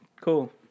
Cool